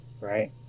Right